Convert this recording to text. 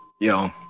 Yo